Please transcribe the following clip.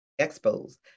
expos